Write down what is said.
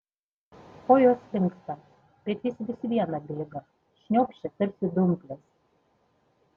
kojos linksta bet jis vis viena bėga šnopščia tarsi dumplės